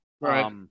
Right